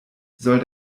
soll